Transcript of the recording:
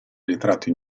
ritratto